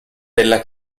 della